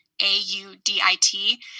A-U-D-I-T